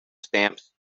stamps